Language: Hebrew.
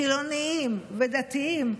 חילונים ודתיים,